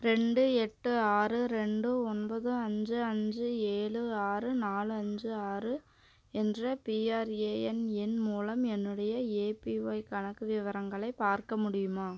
ரெண்டு எட்டு ஆறு ரெண்டு ஒன்பது அஞ்சு அஞ்சு ஏழு ஆறு நாலு அஞ்சு ஆறு என்ற பிஆர்ஏஎன் எண் மூலம் என்னுடைய ஏபிஒய் கணக்கு விவரங்களை பார்க்க முடியுமா